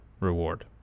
reward